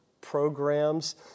programs